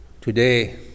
today